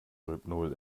rohypnol